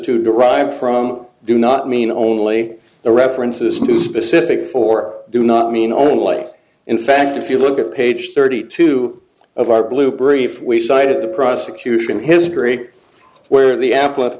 to derive from do not mean only the references to specific for do not mean only in fact if you look at page thirty two of our blue brief we cited the prosecution history where the app